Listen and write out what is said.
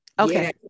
Okay